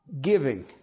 giving